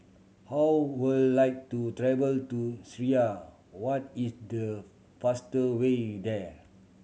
How would like to travel to Syria what is the faster way there